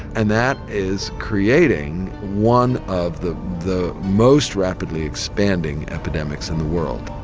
and that is creating one of the the most rapidly expanding epidemics in the world.